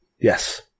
Yes